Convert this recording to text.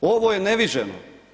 Ovo je neviđeno.